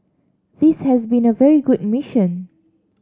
this has been a very good mission